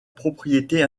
propriété